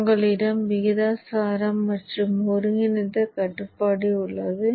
உங்களிடம் விகிதாசார மற்றும் ஒருங்கிணைந்த கட்டுப்படுத்தி உள்ளது